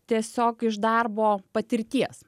tiesiog iš darbo patirties